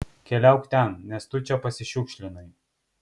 keliauk ten nes tu čia pasišiukšlinai